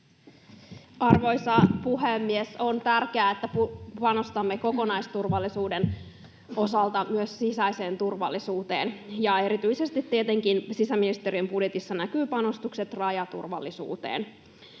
Arvoisa puhemies! On tärkeää, että panostamme kokonaisturvallisuuden osalta myös sisäiseen turvallisuuteen, ja tietenkin erityisesti sisäministeriön budjetissa näkyvät panostukset rajaturvallisuuteen.